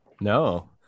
No